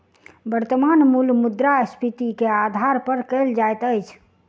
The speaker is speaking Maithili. वर्त्तमान मूल्य मुद्रास्फीति के आधार पर कयल जाइत अछि